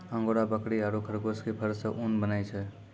angora बकरी आरो खरगोश के फर सॅ ऊन बनै छै